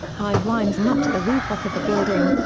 high winds knocked the roof off of a building,